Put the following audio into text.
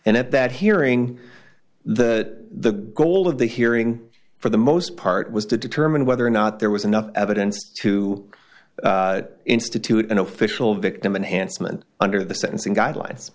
and at that hearing the goal of the hearing for the most part was to determine whether or not there was enough evidence to institute an official victim and handsome and under the sentencing guidelines